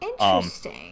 Interesting